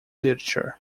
literature